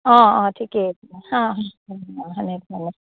অঁ অঁ ঠিকে অঁ তেনেধৰণে